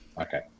Okay